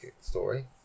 story